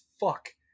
fuck